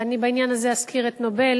ואני בעניין הזה אזכיר את נובל